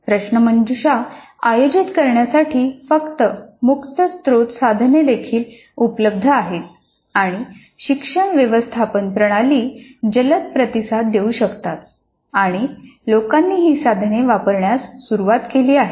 प्रश्नमंजुषा आयोजित करण्यासाठी मुक्त स्रोत साधने देखील उपलब्ध आहेत आणि शिक्षण व्यवस्थापन प्रणाली जलद प्रतिसाद देऊ शकतात आणि लोकांनी ही साधने वापरण्यास सुरवात केली आहे